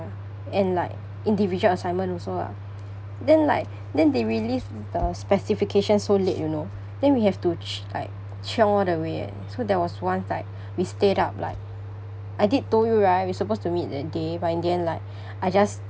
and like individual assignment also lah then like then they released the specifications so late you know then we have to ch~ like chiong the way leh there was one time we stayed up like I did told you right we supposed to meet that day but in the end like I just